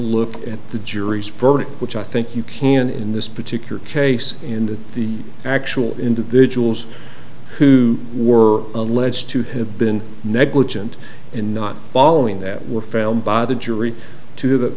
look at the jury's verdict which i think you can in this particular case in that the actual individuals who were alleged to have been negligent in not following that were found by the jury to th